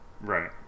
Right